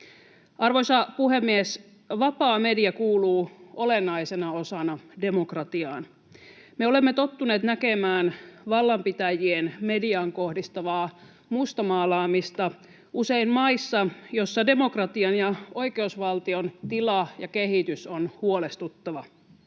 Arvoisa puhemies! Vapaa media kuuluu olennaisena osana demokratiaan. Me olemme tottuneet näkemään vallanpitäjien mediaan kohdistamaa mustamaalaamista usein maissa, joissa demokratian ja oikeusvaltion tila ja kehitys on huolestuttava.